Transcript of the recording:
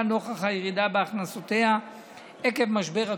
נוכח הירידה בהכנסותיה עקב משבר הקורונה.